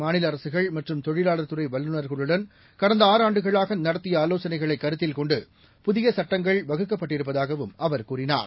மாநிலஅரசுகள்மற்றும்தொழிலாளர்துறைவல்லுனர்களுடன்க டந்தஆறுஆண்டுகளாக நடத்தியஆலோசனைகளைக்கருத்திற்கொண்டு புதியசட்டங்கள்வகுக்கப்பட்டிருப்பதாகவும்அவர்கூறினார்